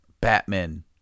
Batman